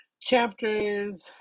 chapters